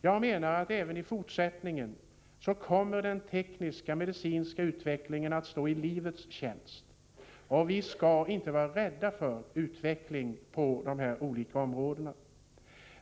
Jag menar att den tekniska och medicinska utvecklingen även i fortsättningen kommer att stå i livets tjänst och att vi inte skall vara rädda för utveckling på de här olika områdena.